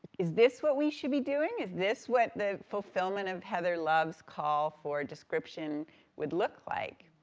is this what we should be doing, is this what the fulfillment of heather love's call for description would look like?